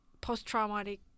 post-traumatic